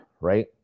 Right